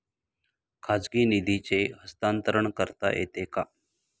खाजगी निधीचे हस्तांतरण करता येते का?